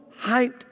hyped